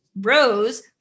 rose